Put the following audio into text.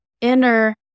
inner